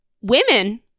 women